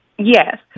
Yes